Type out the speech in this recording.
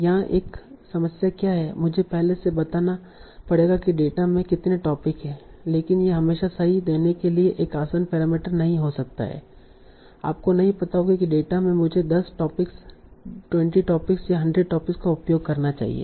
यहां एक समस्या क्या है मुझे पहले से बताना पड़ेगा कि डेटा में कितने टोपिक हैं लेकिन यह हमेशा सही देने के लिए एक आसान पैरामीटर नहीं हो सकता है आपको नहीं पता होगा कि डेटा में मुझे 10 टॉपिक्स 20 टॉपिक्स या 100 टॉपिक्स का उपयोग करना चाहिए